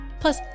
Plus